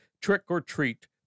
trick-or-treat